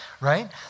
right